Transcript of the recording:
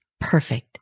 Perfect